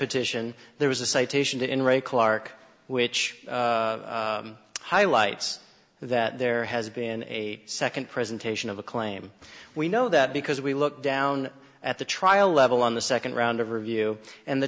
petition there was a citation in re clarke which highlights that there has been a second presentation of a claim we know that because we looked down at the trial level on the second round of review and the